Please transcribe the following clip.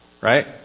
Right